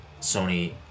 Sony